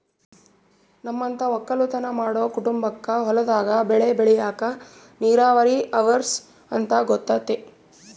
ನಮ್ಮಂತ ವಕ್ಕಲುತನ ಮಾಡೊ ಕುಟುಂಬಕ್ಕ ಹೊಲದಾಗ ಬೆಳೆ ಬೆಳೆಕ ನೀರಾವರಿ ಅವರ್ಸ ಅಂತ ಗೊತತೆ